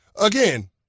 Again